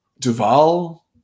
Duval